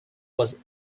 was